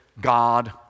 God